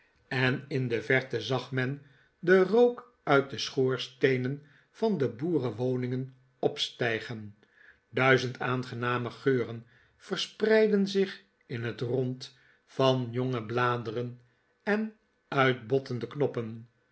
en in de verte zag men den rook uit de schoorsteenen van de boerenwoningen opstijgen duizend aangename geuren verspreidden zich in het rond van jonge bladeren en uitbottende knoppen